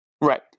Right